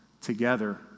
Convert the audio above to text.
together